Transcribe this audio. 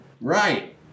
Right